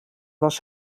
was